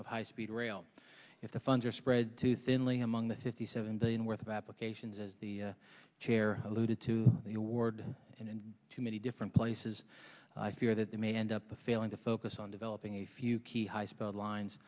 of high speed rail if the funds are spread too thin lee among the the seven billion worth of applications as the chair alluded to the award and to many different places i fear that they may end up failing to focus on developing a few key high speed lines